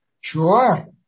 Sure